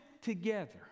together